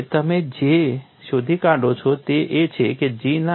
એટલે તમે જે શોધી કાઢશો તે એ છે કે G